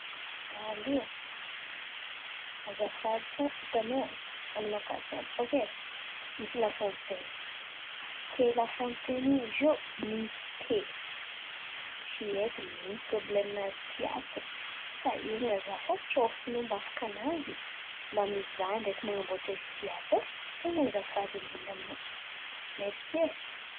Allô, azafady fa hitanao aminakà ity ato bakà e, misy lafontaine, kay lafontaine io izy iô mite. Tsy haiko ny ino problemo nazy ity ato, sahiran̈a izaho fa tsao fo anao afaka navy mba mizàha ndraiky man̈amboatra izy ity ato e. Ten̈a azafady indrindra aminao, mersy e.